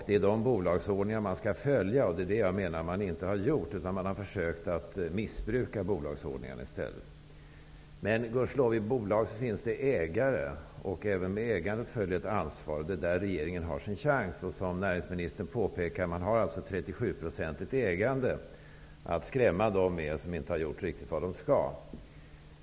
Det är dessa bolagsordningar som skall följas. Men jag menar att man inte har gjort det. I stället har man försökt att missbruka bolagsordningarna. Gudskelov finns det ägare i bolag. Även med ägandet följer ett ansvar, och det är där som regeringen har sin chans. Som näringsministern påpekade har man 37 % ägande att skrämma dem med som inte riktigt har gjort det de skall göra.